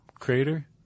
Crater